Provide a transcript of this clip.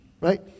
right